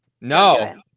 No